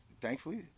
thankfully